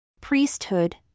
Priesthood